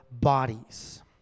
bodies